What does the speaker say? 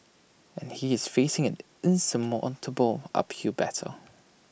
and he is facing an insurmountable uphill battle